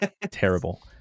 Terrible